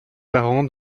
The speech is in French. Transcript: parents